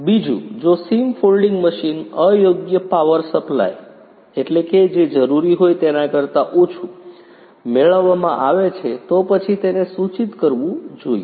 બીજું જો seam folding machine અયોગ્ય પાવર સપ્લાય જે જરૂરી હોય તેના કરતા ઓછું મેળવવામાં આવે છે તો પછી તેને સૂચિત કરવું જોઈએ